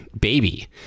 baby